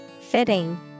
Fitting